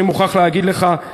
אני מוכרח להגיד לך,